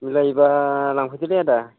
मिलायोब्ला लांफैदोलै आदा